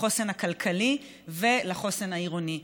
לחוסן הכלכלי ולחוסן העירוני.